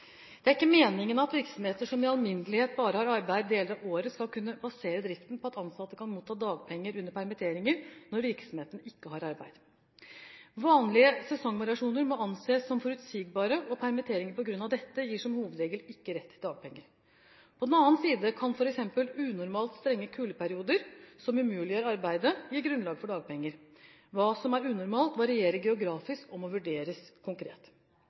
Det er ikke meningen at virksomheter som i alminnelighet bare har arbeid deler av året, skal kunne basere driften på at ansatte kan motta dagpenger under permitteringer når virksomheten ikke har arbeid. Vanlige sesongvariasjoner må anses som forutsigbare, og permitteringer på grunn av dette gir som hovedregel ikke rett til dagpenger. På den annen side kan f.eks. unormalt strenge kuldeperioder som umuliggjør arbeidet, gi grunnlag for dagpenger. Hva som er unormalt, varierer geografisk og må vurderes konkret.